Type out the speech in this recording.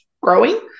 growing